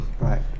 Right